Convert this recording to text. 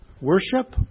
worship